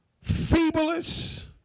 feeblest